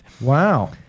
Wow